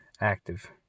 active